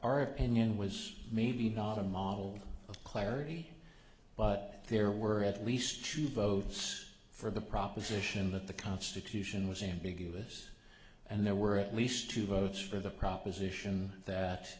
our opinion was maybe not a model of clarity but there were at least three votes for the proposition that the constitution was ambiguous and there were at least two votes for the proposition that